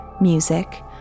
music